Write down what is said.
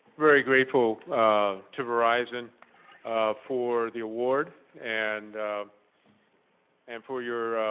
very grateful um to verizon for the award and and for your